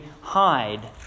hide